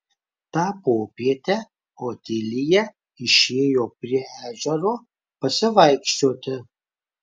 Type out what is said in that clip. tą popietę otilija išėjo prie ežero pasivaikščioti